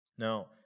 Now